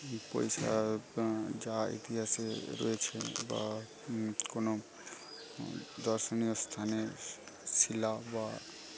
পয়সা যা ইতিহাসে রয়েছে বা কোনো দর্শনীয় স্থানের শিলা বা